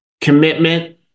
commitment